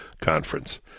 conference